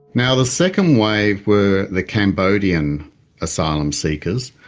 now the second wave were the cambodian asylum seekers.